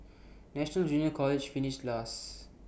national junior college finished last